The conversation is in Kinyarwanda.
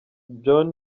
john